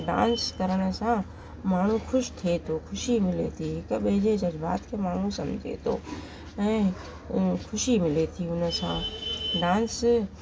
dance करण सां माण्हू ख़ुशि थिए थो ख़ुशी मिले थी हिकु ॿिए जी जज़बाति खे माण्हू सम्झे थो ऐं ख़ुशी मिले थी हुन सां डांस